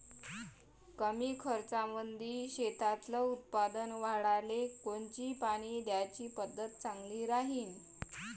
कमी खर्चामंदी शेतातलं उत्पादन वाढाले कोनची पानी द्याची पद्धत चांगली राहीन?